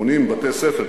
בונים בתי-ספר,